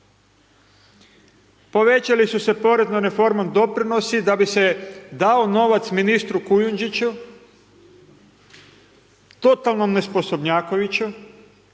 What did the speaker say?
Povećali su se poreznom reformom doprinosi da bi se dao novac ministru Kujundžiću, totalnom nesposobnjakoviću